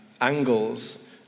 angles